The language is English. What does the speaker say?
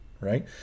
right